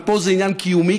ופה זה עניין קיומי,